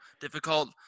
difficult